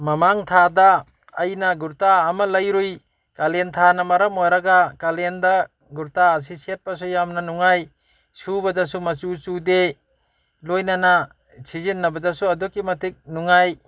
ꯃꯃꯥꯡ ꯊꯥꯗ ꯑꯩꯅ ꯒꯨꯔꯇꯥ ꯑꯃ ꯂꯩꯔꯨꯏ ꯀꯥꯂꯦꯟ ꯊꯥꯅ ꯃꯔꯝ ꯑꯣꯏꯔꯒ ꯀꯥꯂꯦꯟꯗ ꯒꯨꯔꯇꯥ ꯑꯁꯤ ꯁꯦꯠꯄꯁꯨ ꯌꯥꯝꯅ ꯅꯨꯡꯉꯥꯏ ꯁꯨꯕꯗꯁꯨ ꯃꯆꯨ ꯆꯨꯗꯦ ꯂꯣꯏꯅꯅ ꯁꯤꯖꯤꯟꯅꯕꯗꯁꯨ ꯑꯗꯨꯛꯀꯤ ꯃꯇꯤꯛ ꯅꯨꯡꯉꯥꯏ